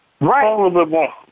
Right